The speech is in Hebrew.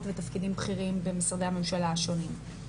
ותפקידים בכירים במשרדי הממשלה השונים.